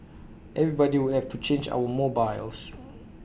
everybody would have to change our mobiles